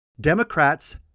Democrats